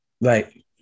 Right